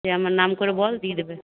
যেয়ে আমার নাম করে বল দিয়ে দেবে